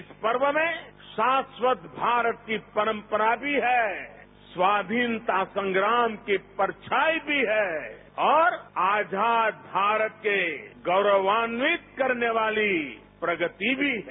इस पर्व में शास्वत भारत की परंपरा भी है स्वाधीनता संग्राम की परछाई भी है और आजाद भारत के गौरवान्वित करने वाली प्रगति भी है